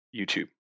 YouTube